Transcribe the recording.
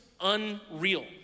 unreal